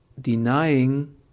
denying